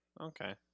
Okay